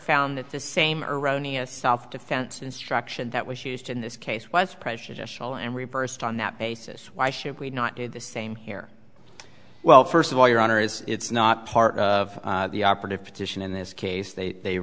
found that the same erroneous self defense instruction that was used in this case was pressured to shul and reversed on that basis why should we not do the same here well first of all your honor it's not part of the operative petition in this case they they